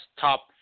top